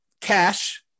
Cash